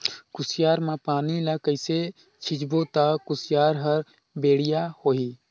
कुसियार मा पानी ला कइसे सिंचबो ता कुसियार हर बेडिया होही?